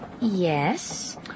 Yes